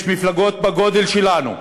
יש מפלגות בגודל שלנו,